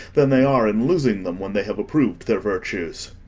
than they are in losing them when they have approved their virtues.